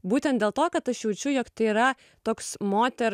būtent dėl to kad aš jaučiu jog tai yra toks moters